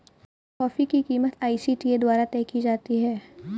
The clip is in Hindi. कॉफी की कीमत आई.सी.टी.ए द्वारा तय की जाती है